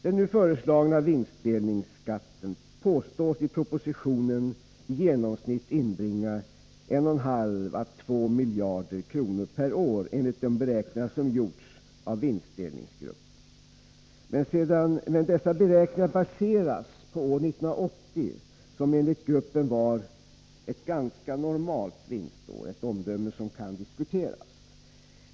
Den föreslagna vinstdelningsskatten påstås i propositionen i genomsnitt inbringa 1,5 å 2 miljarder kronor per år enligt de beräkningar som gjorts av vinstdelningsgruppen. Men dessa beräkningar baseras på år 1980, som enligt gruppen var ett ”ganska normalt vinstår”. Det är ett omdöme som kan diskuteras.